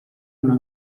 una